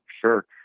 Sure